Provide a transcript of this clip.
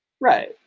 Right